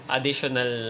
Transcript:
Additional